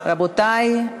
רבותי,